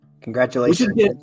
Congratulations